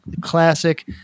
classic